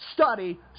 study